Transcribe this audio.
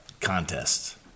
contests